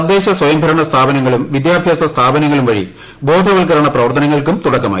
തദ്ദേശ സ്വയം ഭരണ സ്ഥാപനങ്ങളും വിദ്യാഭ്യാസ സ്ഥാപനങ്ങളും വഴിയുള്ള ബോധവൽക്കരണ പ്രവർത്തനങ്ങൾക്കും തുടക്കമായി